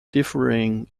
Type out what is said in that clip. differing